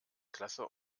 klasse